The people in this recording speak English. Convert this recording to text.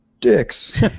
dicks